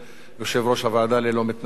ללא מתנגדים וללא נמנעים.